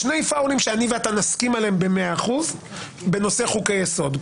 שני פאוולים שאני ואתה נסכים עליהם במאה אחוזים בנושא חוקי יסוד.